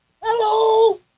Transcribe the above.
Hello